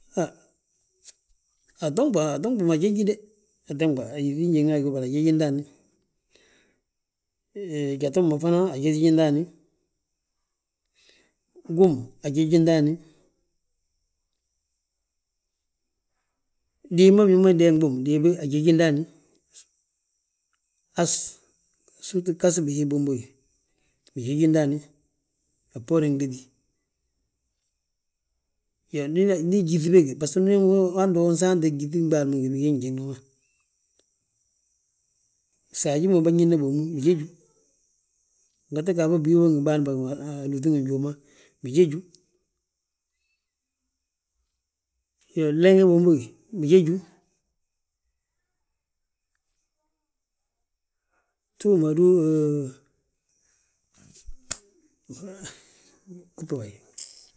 Haa, atonɓa, antonɓi ma jeji de, atonɓa yíŧi njiŋne a gíw, bari ajeji ndaani. Jatu ma fana ajeji ndaani, gum ajeji ndaani, diib ma biñaŋ ma ndeeŋ bommu ajeji ndaani, has situ ghas bihii bombogi, bijegi ndaani a bboorin gdéti. Iyoo, ndi gyíŧi bege, baso hando unsaante gyíŧin ɓaale ngi bigii njiŋni ma. Saaji ma bânñína bommu, bijeju, ngette gaafo bigige ngi bâan bogi alúŧi ngi njuuma, bijeju. Iyoo, leeña bombogi, bijeju, ftuug ma dú laugh.